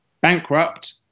bankrupt